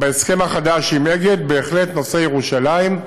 בהסכם החדש עם אגד, בהחלט נושא ירושלים,